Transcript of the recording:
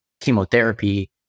chemotherapy